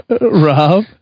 rob